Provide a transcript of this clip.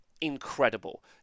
incredible